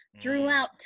throughout